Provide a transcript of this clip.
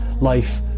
life